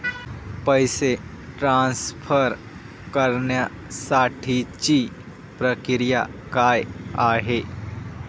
पैसे ट्रान्सफर करण्यासाठीची प्रक्रिया काय आहे?